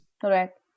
correct